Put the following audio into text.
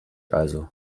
also